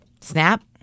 Snap